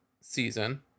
season